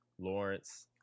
Lawrence